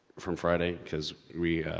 from friday cause we,